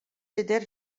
tidher